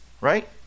right